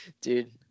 dude